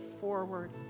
forward